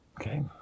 Okay